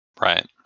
Right